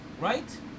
right